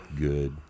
good